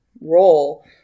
role